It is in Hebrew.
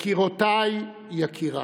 יקירותיי ויקיריי,